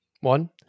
One